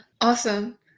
Awesome